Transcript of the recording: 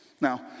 Now